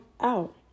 out